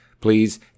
Please